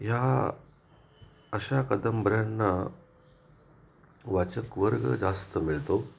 ह्या अशा कादंबऱ्यांना वाचक वर्ग जास्त मिळतो